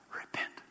Repent